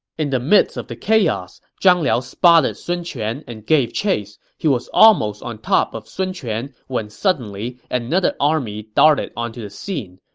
in the midst of this chaos, zhang liao spotted sun quan and gave chase. he was almost on top of sun quan when suddenly another army darted onto the scene.